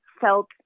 felt